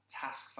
task